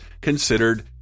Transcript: considered